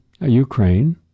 Ukraine